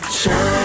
shine